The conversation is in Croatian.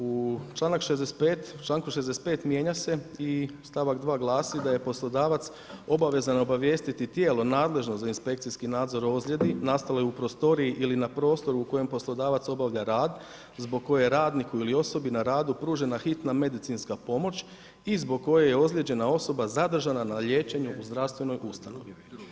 U članku 65. mijenja se i stavak 2. glasi da je poslodavac obavezan obavijestiti tijelo nadležno za inspekcijski nadzor o ozljedi nastaloj u prostoriji ili na prostoru u kojem poslodavac obavlja rad zbog koje je radniku ili osobi na radu pružena hitna medicinska pomoć i zbog koje je ozlijeđena osoba zadržana na liječenju u zdravstvenoj ustanovi.